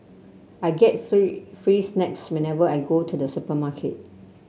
I get free free snacks whenever I go to the supermarket